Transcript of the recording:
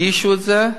הגישו את זה,